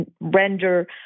render